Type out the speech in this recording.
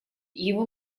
его